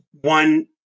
one